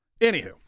Anywho